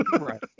Right